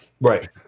Right